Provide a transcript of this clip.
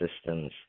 systems